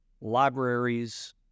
libraries